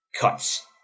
cuts